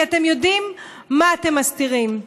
כי אתם יודעים מה אתם מסתירים.